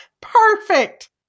perfect